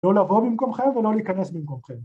‫לא לבוא במקום חייב ‫ולא להיכנס במקום חייב.